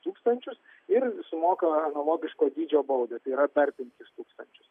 tūkstančius ir sumoka analogiško dydžio baudą tai yra dar penkis tūkstančius